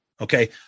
Okay